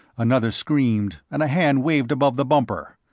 another screamed, and a hand waved above the bumper.